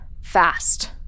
fast